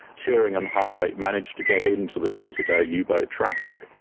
turing and hut eight managed to get into the day-to-day yeah u-boat traffic,